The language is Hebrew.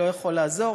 לא יכול לעזור,